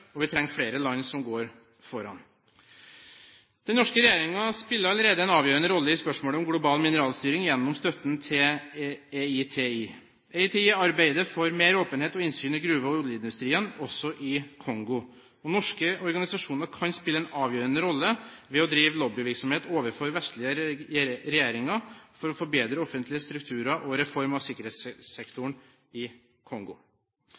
og vi trenger flere land som går foran. Den norske regjeringen spiller allerede en avgjørende rolle i spørsmålet om global mineralstyring gjennom støtten til EITI. EITI arbeider for mer åpenhet og innsyn i gruve- og oljeindustrien, også i Kongo. Norske organisasjoner kan spille en avgjørende rolle ved å drive lobbyvirksomhet overfor vestlige regjeringer for å få bedre offentlige strukturer og reform av sikkerhetssektoren i Kongo.